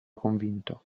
convinto